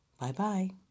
Bye-bye